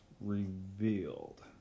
revealed